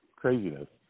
craziness